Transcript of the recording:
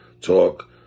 talk